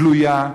גלויה,